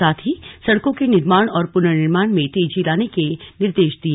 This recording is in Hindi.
साथ ही सड़कों के निर्माण और पुनर्निर्माण में तेजी लाने के निर्देश दिए